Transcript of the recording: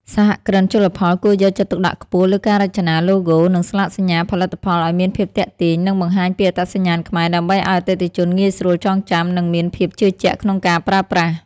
សហគ្រិនជលផលគួរយកចិត្តទុកដាក់ខ្ពស់លើការរចនាឡូហ្គោ និងស្លាកសញ្ញាផលិតផលឱ្យមានភាពទាក់ទាញ និងបង្ហាញពីអត្តសញ្ញាណខ្មែរ ដើម្បីឱ្យអតិថិជនងាយស្រួលចងចាំ និងមានភាពជឿជាក់ក្នុងការប្រើប្រាស់។